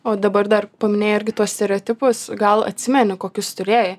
o dabar dar paminėjai irgi tuos stereotipus gal atsimeni kokius turėjai